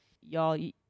Y'all